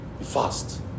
fast